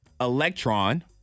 electron